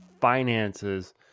finances